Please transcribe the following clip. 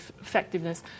effectiveness